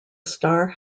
star